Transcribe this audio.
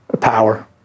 power